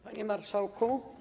Panie Marszałku!